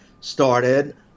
started